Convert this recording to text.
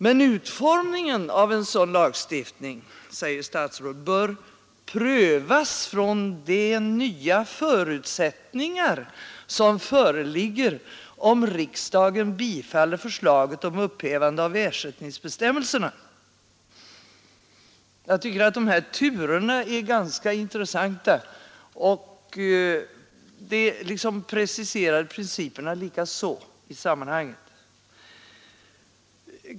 Men utformningen av en sådan lagstiftning, säger statsrådet, bör ”prövas från de nya förutsättningar som föreligger, om riksdagen bifaller förslaget om upphävande av ersättningsbestämmelserna”. — Jag tycker att de här turerna är ganska intressanta, och likaså preciserar de principerna i sammanhanget.